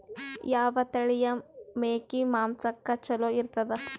ಯಾವ ತಳಿಯ ಮೇಕಿ ಮಾಂಸಕ್ಕ ಚಲೋ ಇರ್ತದ?